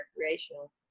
recreational